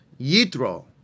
Yitro